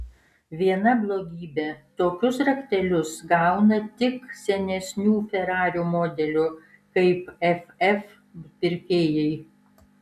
viena blogybė tokius raktelius gauna tik senesnių ferarių modelių kaip ff pirkėjai